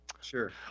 Sure